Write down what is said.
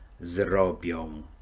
zrobią